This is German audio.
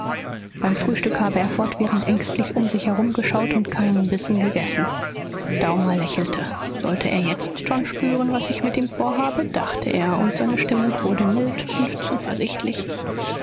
beim frühstück habe er fortwährend ängstlich um sich herumgeschaut und keinen bissen gegessen daumer lächelte sollte er jetzt schon spüren was ich mit ihm vorhabe dachte er und seine stimmung wurde mild und zuversichtlich